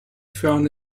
found